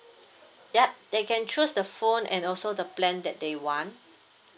ya they can choose the phone and also the plan that they want